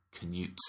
Canute